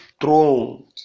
throne